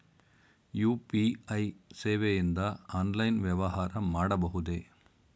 UPI ಸೇವೆಯಿಂದ online ವ್ಯವಹಾರ ಮಾಡಬಹುದೇ?